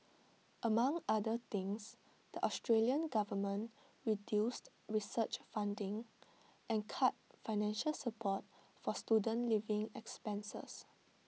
among other things the Australian government reduced research funding and cut financial support for student living expenses